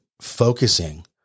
focusing